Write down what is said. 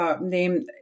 named